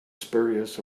spurious